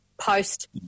post